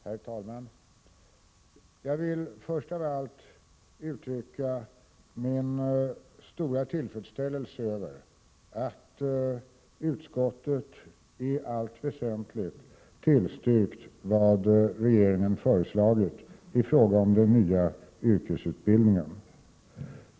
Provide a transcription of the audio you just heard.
Herr talman! Jag vill först av allt uttrycka min stora tillfredsställelse över att utskottet i allt väsentligt tillstyrkt vad regeringen har föreslagit i fråga om den nya yrkesutbildningen.